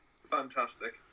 fantastic